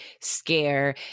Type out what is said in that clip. scare